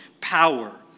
power